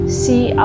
see